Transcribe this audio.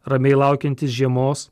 ramiai laukiantis žiemos